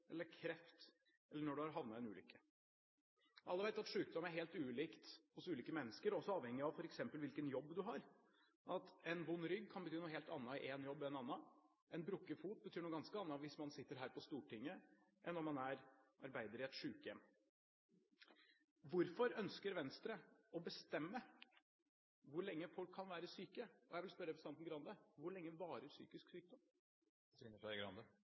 eller av kreft, eller når du har havnet i en ulykke. Alle vet at sykdom er helt ulik hos ulike mennesker, også avhengig av f.eks. hvilken jobb du har. En vond rygg kan bety noe helt annet i én jobb enn i en annen. En brukket fot betyr noe ganske annet hvis man sitter her på Stortinget, enn om man arbeider på et sykehjem. Hvorfor ønsker Venstre å bestemme hvor lenge folk kan være syke? Og jeg vil spørre representanten Skei Grande: Hvor lenge varer psykisk sykdom?